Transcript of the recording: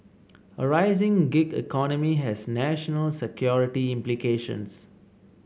a rising gig economy has national security implications